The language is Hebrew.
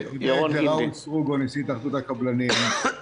ירון גינדי.